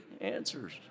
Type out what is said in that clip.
answers